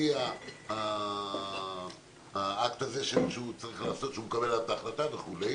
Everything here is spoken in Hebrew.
חיוני האקט הזה שהוא צריך לעשות כשהוא מקבל את ההחלטה וכו'.